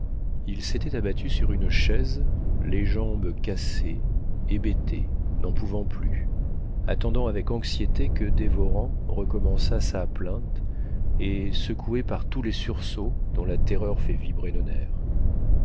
il s'était abattu sur une chaise les jambes cassées hébété n'en pouvant plus attendant avec anxiété que dévorant recommençât sa plainte et secoué par tous les sursauts dont la terreur fait vibrer nos nerfs